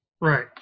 Right